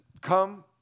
come